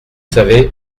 savez